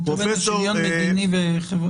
הוא התכוון שוויון מדיני וחברתי.